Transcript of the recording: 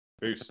peace